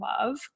love